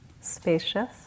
spacious